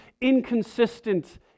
inconsistent